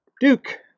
Duke